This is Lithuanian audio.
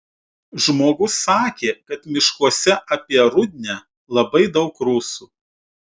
žmogus sakė kad miškuose apie rudnią labai daug rusų